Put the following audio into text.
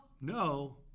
No